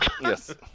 yes